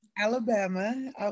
Alabama